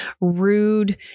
rude